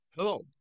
Hello